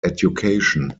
education